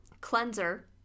Cleanser